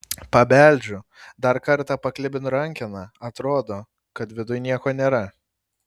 pabeldžiu dar kartą paklibinu rankeną atrodo kad viduj nieko nėra